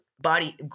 body